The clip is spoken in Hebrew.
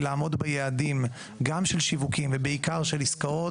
לעמוד ביעדים גם של שיווקים ובעיקר של עסקאות,